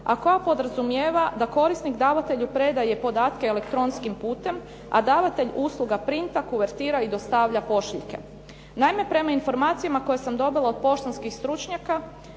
a koja podrazumijeva da korisnik davatelju predaje podatke elektronskim putem a davatelj usluga printa, kuvertira i dostavlja pošiljke. Naime, prema informacijama koje sam dobila od poštanskih stručnjaka